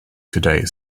today